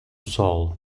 sol